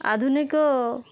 ଆଧୁନିକ